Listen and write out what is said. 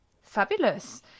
Fabulous